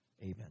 amen